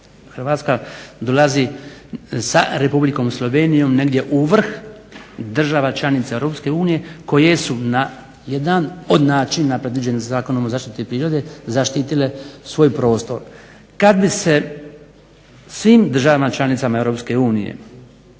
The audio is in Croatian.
Hrvatska dolazi sa Republikom Slovenijom negdje u vrh država članica Europske unije koje su na jedan od načina predviđenih Zakonom o zaštiti prirode zaštitile svoj prostor. Kad bi se svim državama članicama EU